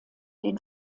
den